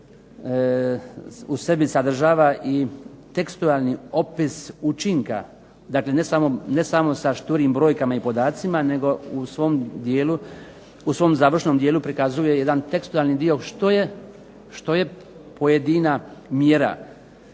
u sebi sadržava i tekstualni opis učinka, dakle ne samo sa šturim podacima i brojkama nego u svom završnom dijelu pokazuje jedan tekstualni dio što je pojedina mjera